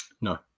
No